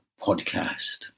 podcast